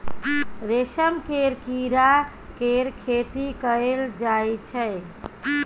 रेशम केर कीड़ा केर खेती कएल जाई छै